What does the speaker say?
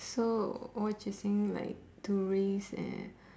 so what you saying to raise uh